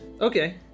Okay